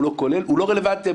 המספר הזה הוא לא רלוונטי.